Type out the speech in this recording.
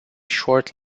short